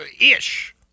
ish